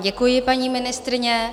Děkuji vám, paní ministryně.